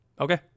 Okay